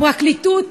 הפרקליטות,